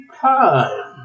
time